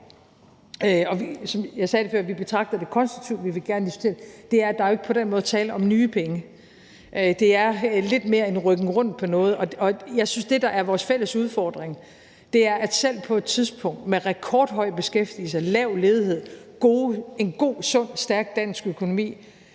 – og jeg sagde det før: Vi betragter det konstruktivt, vi vil gerne diskutere det – er, at der jo ikke på den måde er tale om nye penge. Det er lidt mere en rykken rundt på noget, og jeg synes, at det, der er vores fælles udfordring, er, at selv på et tidspunkt med rekordhøj beskæftigelse, lav ledighed, en god, sund, stærk dansk økonomi